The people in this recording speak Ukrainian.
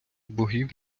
богів